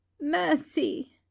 mercy